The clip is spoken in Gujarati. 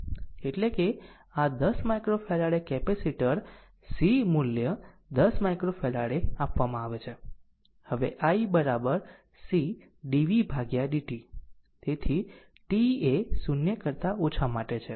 એટલે કે 10 માઈક્રોફેરાડે કેપેસિટર C મૂલ્ય 10 માઈક્રોફેરાડે આપવામાં આવે છે હવે i C dvdt તેથી t એ 0 કરતા ઓછા માટે છે